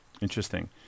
Interesting